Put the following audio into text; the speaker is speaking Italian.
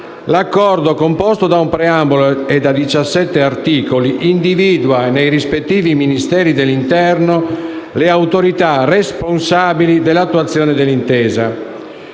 L'Accordo, composto da un preambolo e da 17 articoli, individua nei rispettivi Ministeri dell'interno le autorità responsabili dell'attuazione dell'intesa.